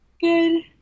Good